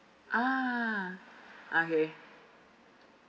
ah okay